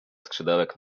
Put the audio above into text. skrzydełek